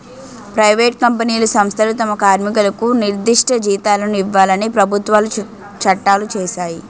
private కంపెనీలు సంస్థలు తమ కార్మికులకు నిర్దిష్ట జీతాలను ఇవ్వాలని ప్రభుత్వాలు చట్టాలు చేశాయి